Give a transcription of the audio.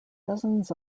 dozens